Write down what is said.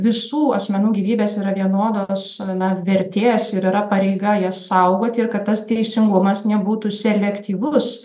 visų asmenų gyvybės yra vienodos na vertės ir yra pareiga jas saugoti ir kad tas teisingumas nebūtų selektyvus